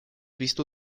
visto